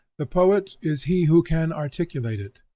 the poet is he who can articulate it.